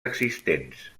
existents